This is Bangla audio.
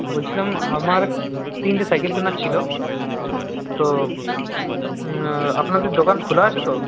বলছিলাম আমার তিনটে সাইকেল কেনার ছিল তো আপনাদের দোকান খোলা আছে তো